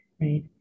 right